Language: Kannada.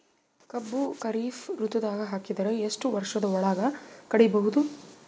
ಕಬ್ಬು ಖರೀಫ್ ಋತುದಾಗ ಹಾಕಿದರ ಎಷ್ಟ ವರ್ಷದ ಒಳಗ ಕಡಿಬಹುದು?